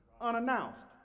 unannounced